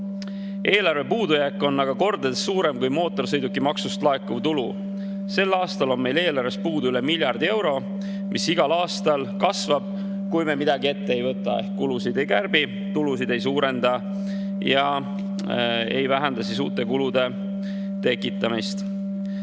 Eelarve puudujääk on aga kordades suurem kui mootorsõidukimaksust laekuv tulu. Sel aastal on meil eelarves puudu üle miljardi euro. See summa igal aastal kasvab, kui me midagi ette ei võta ehk kulusid ei kärbi, tulusid ei suurenda ja ei vähenda uute kulude tekitamist.